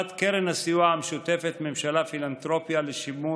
1. קרן הסיוע המשותפת ממשלה-פילנתרופיה לשימור